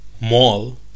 mall